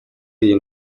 iyi